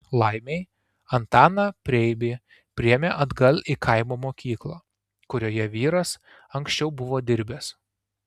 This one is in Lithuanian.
laimei antaną preibį priėmė atgal į kaimo mokyklą kurioje vyras anksčiau buvo dirbęs